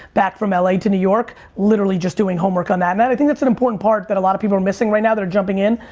back from la to new york, literally just doing homework on that and i think that's an important part that a lot of people are missing right now that are jumping in,